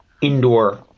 indoor